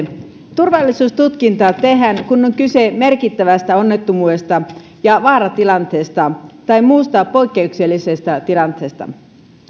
turvallisuustutkinta tehdään kun on kyse merkittävästä onnettomuudesta ja vaaratilanteesta tai muusta poikkeuksellisesta tilanteesta